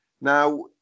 Now